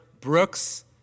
Brooks